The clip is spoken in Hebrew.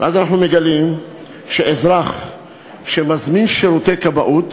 אנחנו מגלים שאזרח שמזמין שירותי כבאות